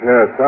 Yes